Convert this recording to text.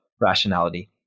rationality